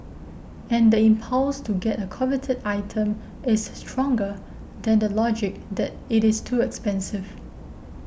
and the impulse to get a coveted item is stronger than the logic that it is too expensive